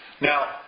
Now